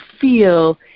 feel